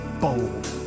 bold